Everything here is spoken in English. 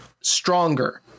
Stronger